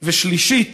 שלישית,